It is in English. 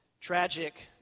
tragic